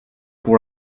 pour